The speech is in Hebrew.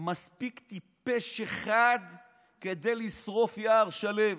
"מספיק טיפש אחד כדי לשרוף יער שלם".